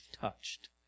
touched